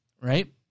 right